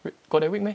got that weak meh